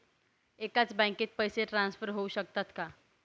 एकाच बँकेत पैसे ट्रान्सफर होऊ शकतात का?